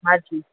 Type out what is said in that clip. હા જી